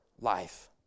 life